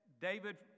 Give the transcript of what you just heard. David